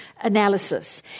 analysis